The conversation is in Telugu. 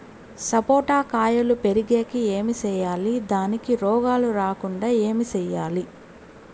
సపోట కాయలు పెరిగేకి ఏమి సేయాలి దానికి రోగాలు రాకుండా ఏమి సేయాలి?